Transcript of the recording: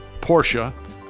Porsche